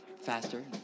faster